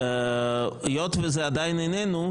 היות שזה עדיין איננו,